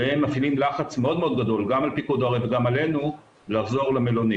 והם מפעילים לחץ מאוד גדול גם על פיקוד העורף וגם עלינו לחזור הביתה.